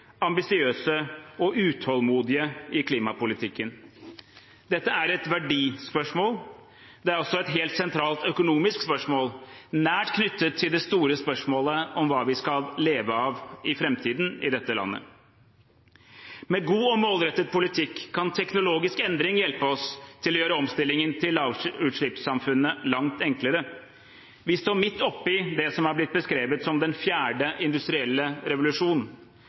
ambisiøse og utålmodige i klimapolitikken. Dette er et verdispørsmål. Det er også et helt sentralt økonomisk spørsmål, nært knyttet til det store spørsmålet om hva vi skal leve av i framtiden i dette landet. Med god og målrettet politikk kan teknologisk endring hjelpe oss til å gjøre omstillingen til lavutslippssamfunnet langt enklere. Vi står midt oppe i det som har blitt beskrevet som den fjerde industrielle revolusjon.